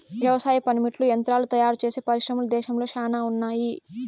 వ్యవసాయ పనిముట్లు యంత్రాలు తయారుచేసే పరిశ్రమలు దేశంలో శ్యానా ఉన్నాయి